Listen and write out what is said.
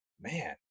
man